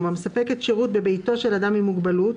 המספקת שירות בביתו של אדם עם מוגבלות,